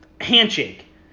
handshake